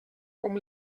com